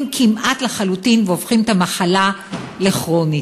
כמעט לחלוטין והופכים את המחלה לכרונית.